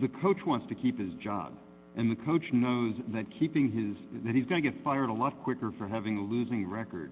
the coach wants to keep his job and the coach knows that keeping his that he's going to get fired a lot quicker for having a losing record